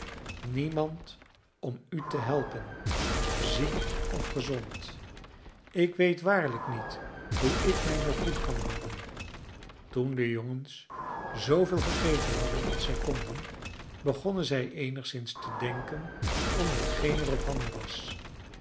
niemand om u te helpen ziek of gezond ik weet waarlijk niet hoe ik mij nog goed kan houden toen de jongens zooveel gegeten hadden als zij konden begonnen zij eenigszins te denken om hetgeen er ophanden was